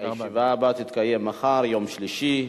הישיבה הבאה תתקיים מחר, יום שלישי,